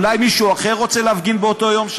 אולי מישהו אחר רוצה להפגין שם באותו יום?